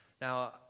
Now